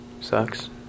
sucks